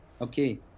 okay